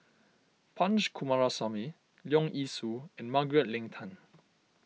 Punch Coomaraswamy Leong Yee Soo and Margaret Leng Tan